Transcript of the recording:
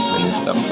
Minister